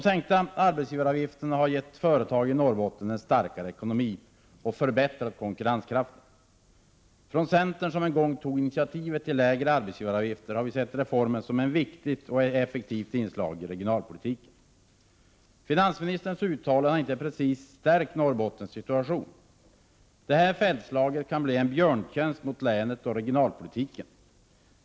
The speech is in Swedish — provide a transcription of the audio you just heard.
Sänkningen av arbetsgivaravgifterna har gett företagen i Norrbotten en starkare ekonomi och förbättrat konkurrenskraften. Från centern, som en gång tog initiativet till lägre arbetsgivaravgifter, har vi sett reformen som ett viktigt och effektivt inslag i regionalpolitiken. Finansministerns uttalande har inte precis stärkt Norrbottens situation. Detta Feldtslag kan bli en björntjänst mot länet och regionalpolitiken.